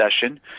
session